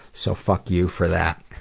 so fuck you for that.